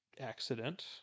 accident